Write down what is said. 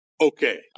okay